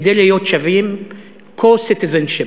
כדי להיות שווים, co-citizenship,